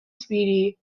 speedy